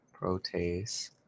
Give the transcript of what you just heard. protease